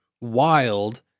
wild